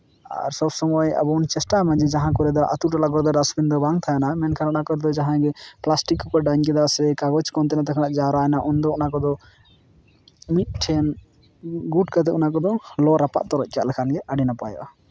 ᱟᱨ ᱥᱚᱵ ᱥᱚᱢᱚᱭ ᱟᱵᱚ ᱵᱚᱱ ᱪᱮᱥᱴᱟᱭᱢᱟ ᱡᱮ ᱡᱟᱦᱟᱸ ᱠᱚᱨᱮᱫᱚ ᱟᱹᱛᱩ ᱴᱚᱞᱟ ᱠᱚᱨᱮ ᱫᱚ ᱰᱟᱥᱴᱵᱤᱱ ᱫᱚ ᱵᱟᱝ ᱛᱟᱦᱮᱱᱟ ᱢᱮᱱᱠᱷᱟᱱ ᱚᱱᱟ ᱠᱚᱨᱮᱫᱚ ᱡᱟᱦᱟᱸ ᱜᱮ ᱯᱞᱟᱥᱴᱤᱠ ᱠᱚᱠᱚ ᱰᱟᱹᱝ ᱠᱮᱫᱟ ᱥᱮ ᱠᱟᱜᱚᱡᱽ ᱠᱚ ᱚᱱᱛᱮ ᱱᱚᱱᱛᱮ ᱠᱷᱚᱱᱟᱜ ᱡᱟᱣᱨᱟᱭᱮᱱᱟ ᱩᱱᱫᱚ ᱚᱱᱟ ᱠᱚᱫᱚ ᱢᱤᱫ ᱴᱷᱮᱱ ᱜᱩᱴ ᱠᱟᱛᱮᱫ ᱚᱱᱟ ᱠᱚᱫᱚ ᱞᱚ ᱨᱟᱯᱟᱜ ᱛᱚᱨᱚᱡ ᱠᱟᱜ ᱠᱷᱟᱱ ᱜᱮ ᱟᱹᱰᱤ ᱱᱟᱯᱟᱭᱚᱜᱼᱟ